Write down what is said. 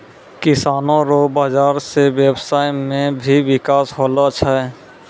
किसानो रो बाजार से व्यबसाय मे भी बिकास होलो छै